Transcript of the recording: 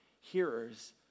hearers